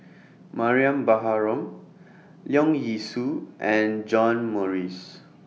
Mariam Baharom Leong Yee Soo and John Morrice